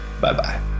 Bye-bye